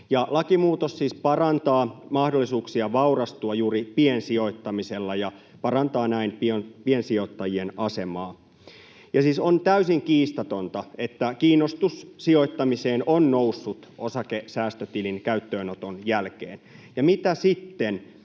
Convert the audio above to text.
Lakimuutos siis parantaa mahdollisuuksia vaurastua juuri piensijoittamisella ja parantaa näin piensijoittajien asemaa. Ja siis on täysin kiistatonta, että kiinnostus sijoittamiseen on noussut osakesäästötilin käyttöönoton jälkeen. Mitä sitten,